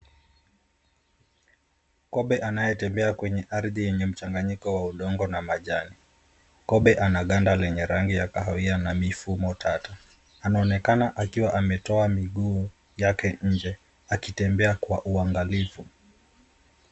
Kobe anayetembea kwenye ardhi yenye mchanganyiko wa udongo na majani. Kobe ana ganda lenye rangi ya kahawia na mifumo tata. Anaonekana akiwa ametoa miguu yake nje akitembea kwa uangalifu.